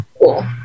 Cool